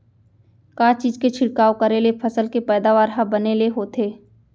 का चीज के छिड़काव करें ले फसल के पैदावार ह बने ले होथे?